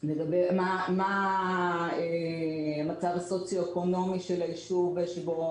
מבררים מה המצב הסוציואקונומי של היישוב שבו